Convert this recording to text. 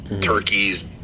turkeys